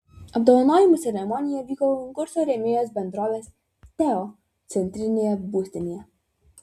apdovanojimų ceremonija vyko konkurso rėmėjos bendrovės teo centrinėje būstinėje